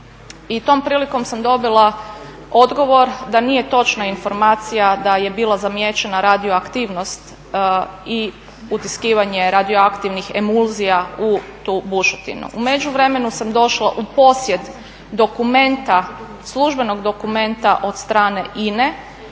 i tom prilikom sam dobila odgovor da nije točna informacija da je bila zamijećena radioaktivnost i utiskivanje radioaktivnih emulzija u tu bušotinu. U međuvremenu sam došla u posjed dokumenta, službenog dokumenta od strane INA-e